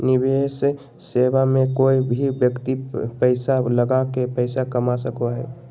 निवेश सेवा मे कोय भी व्यक्ति पैसा लगा के पैसा कमा सको हय